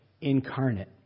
incarnate